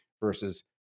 versus